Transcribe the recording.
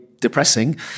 depressing